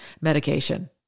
medication